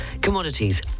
Commodities